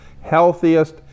healthiest